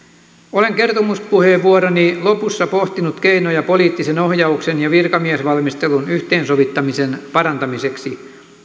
olen kertomuspuheenvuoroni lopussa pohtinut keinoja poliittisen ohjauksen ja virkamiesvalmistelun yhteensovittamisen parantamiseksi